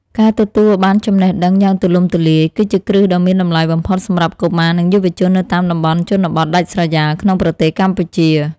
ការទទួលបានចំណេះដឹងយ៉ាងទូលំទូលាយ គឺជាគ្រឹះដ៏មានតម្លៃបំផុតសម្រាប់កុមារនិងយុវជននៅតាមតំបន់ជនបទដាច់ស្រយាលក្នុងប្រទេសកម្ពុជា។